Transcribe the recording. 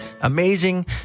Amazing